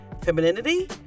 femininity